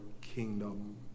kingdom